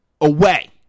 Away